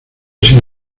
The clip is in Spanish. sin